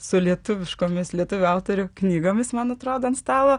su lietuviškomis lietuvių autorių knygomis man atrodo ant stalo